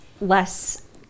less